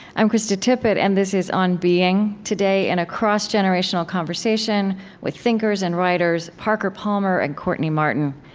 i'm krista tippett, and this is on being. today, in a cross-generational conversation with thinkers and writers, parker palmer and courtney martin.